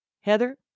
Heather